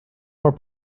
our